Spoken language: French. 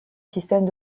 système